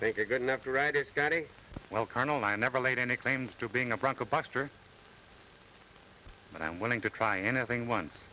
make it good enough to write it's got a well colonel i never laid any claims to being a bronco buster but i'm willing to try anything once